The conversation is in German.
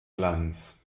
glanz